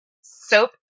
Soap